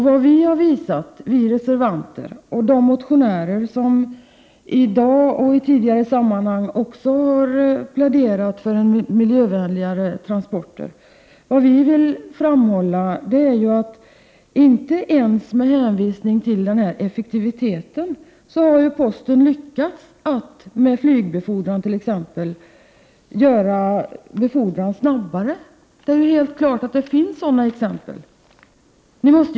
Vad vi reservanter — och de motionärer som i dag och i tidigare sammanhang också har pläderat för miljövänligare transporter — vill framhålla är ju att postverket inte har lyckats, ens med flygtransporter, att befordra posten snabbare. Det är helt klart att det finns exempel på detta.